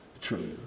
True